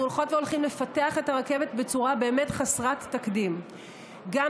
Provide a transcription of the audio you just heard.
אנחנו הולכות והולכים לפתח את הרכבת בצורה חסרת תקדים באמת,